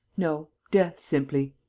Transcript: no. death, simply.